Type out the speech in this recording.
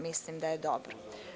Mislim da je tako dobro.